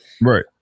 Right